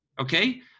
okay